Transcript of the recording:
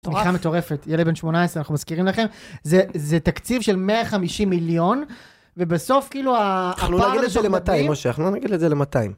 תורכה מטורפת, ילד בן 18, אנחנו מזכירים לכם. זה תקציב של 150 מיליון, ובסוף כאילו, הפעם הזאת... אנחנו נגיד את זה למאתיים, משה, אנחנו נגיד את זה למאתיים.